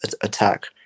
attack